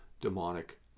demonic